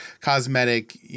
cosmetic